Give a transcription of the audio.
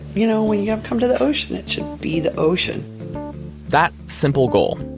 you know when you have come to the ocean, it should be the ocean that simple goal,